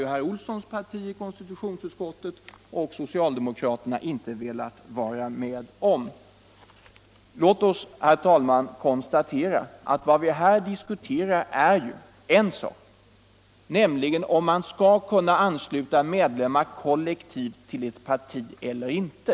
Men herr Olssons parti och socialdemokraterna har i riksdagen inte Fredagen den velat vara med om detta. 4 juni 1976 Låt oss, herr talman, konstatera att vad vi här diskuterar är om man skall kunna ansluta medlemmar kollektivt till ett parti eller inte.